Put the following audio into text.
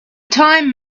time